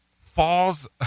falls